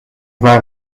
waren